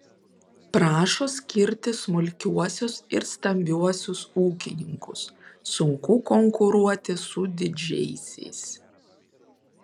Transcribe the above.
prašo skirti smulkiuosius ir stambiuosius ūkininkus sunku konkuruoti su didžiaisiais